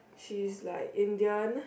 she is like Indian